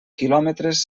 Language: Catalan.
quilòmetres